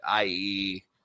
Ie